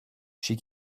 she